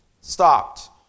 stopped